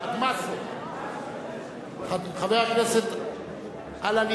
חבר הכנסת אללי